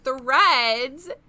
threads